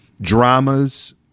dramas